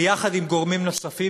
ביחד עם גורמים נוספים,